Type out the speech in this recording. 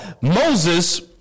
Moses